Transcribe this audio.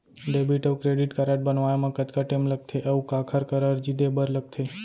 Debit अऊ credit card बनवाए मा कतका टेम लगथे, अऊ काखर करा अर्जी दे बर लगथे?